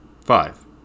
Five